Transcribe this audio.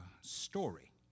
story